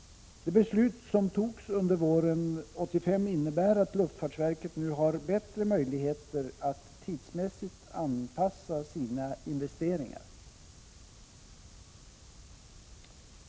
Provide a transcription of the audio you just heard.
Det beslut som togs under våren 1985 innebär att luftfartsverket nu har bättre möjligheter att tidsmässigt anpassa sina investeringar.